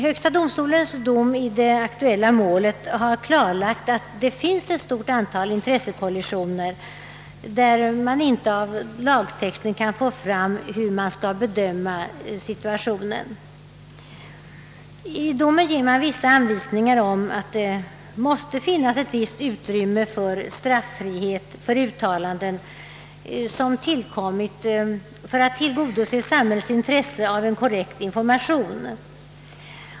HD:s dom i det aktuella målet har klarlagt att det finns ett stort antal intressekollisioner, där det inte av lagtexten går att utläsa hur man skall bedöma situationen. I domen lämnas anvisningar om att det måste finnas ett visst utrymme för straffrihet för uttalanden, vilka har tillkommit för att tillgodose samhällets intressen av en korrekt information.